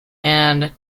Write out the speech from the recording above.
and